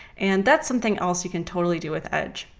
and that's something else you can totally do with edge.